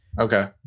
Okay